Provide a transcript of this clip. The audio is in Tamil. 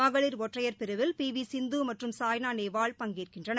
மகளிர் ஒற்றையர் பிரிவில் பி வி சிந்து மற்றும் சாய்னா நேவால் பங்கேற்கின்றனர்